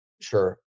Sure